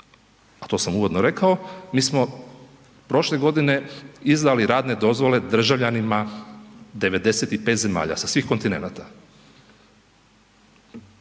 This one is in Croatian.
a to sam uvodno rekao, mi smo prošle godine izdali radne dozvole državljanima 95 zemalja, sa svih kontinenata.